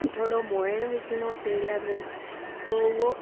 थोरो मोइण विझिणो तेल में